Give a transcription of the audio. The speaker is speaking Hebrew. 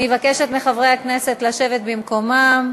אני מבקשת מחברי הכנסת לשבת במקומם.